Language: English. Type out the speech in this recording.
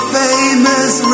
famous